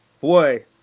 Boy